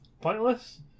pointless